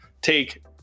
take